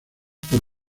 por